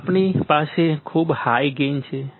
પછી આપણી પાસે ખૂબ હાઈ ગેઇન છે